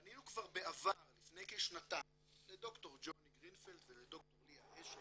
פנינו כבר בעבר לפני כשנתיים לד"ר ג'וני גרינפלד ולד"ר ליה אשת,